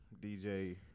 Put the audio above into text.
DJ